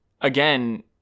again